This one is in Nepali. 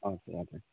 हजुर हजुर